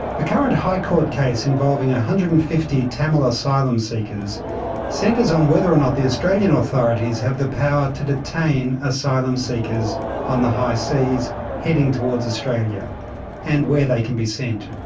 the current high court case involving one ah hundred and fifty tamil asylum seekers centres on whether or not the australian authorities have the power to detain asylum seekers on the high seas heading towards australia and where they can be sent.